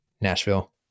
Nashville